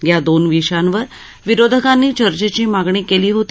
या दोन विषयांवर विरोधकांनी चर्चेची मागणी केली होती